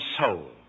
soul